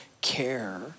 care